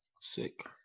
Sick